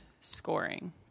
scoring